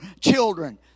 children